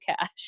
cash